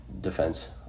defense